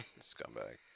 Scumbag